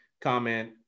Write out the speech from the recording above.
comment